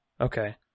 Okay